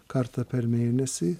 kartą per mėnesį